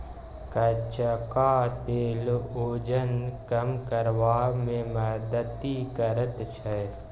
कचका तेल ओजन कम करबा मे मदति करैत छै